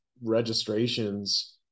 registrations